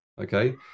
Okay